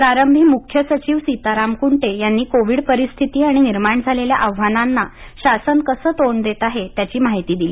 प्रारंभी मुख्य सचिव सीताराम कुंटे यांनी कोविड परिस्थिती आणि निर्माण झालेल्या आव्हानाला शासन कसं तोंड देत आहे त्याची माहिती दिली